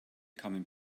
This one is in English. coming